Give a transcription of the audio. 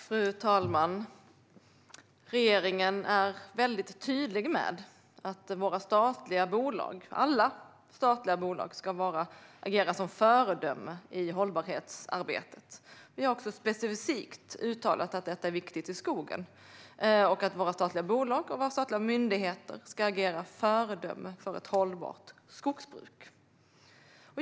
Fru talman! Regeringen är tydlig med att alla statliga bolag ska agera som föredöme i hållbarhetsarbetet. Vi har också uttalat specifikt att det är viktigt när det gäller skogen. Våra statliga bolag och våra statliga myndigheter ska agera som föredöme för ett hållbart skogsbruk.